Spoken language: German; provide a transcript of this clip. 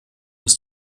ist